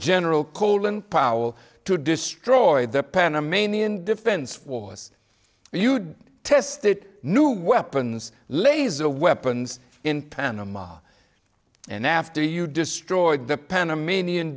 general colin powell to destroy the panamanian defense force you'd tested new weapons laser weapons in panama and after you destroyed the panamanian